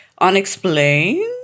unexplained